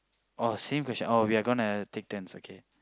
oh same question oh we're gonna take turns okay